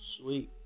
Sweet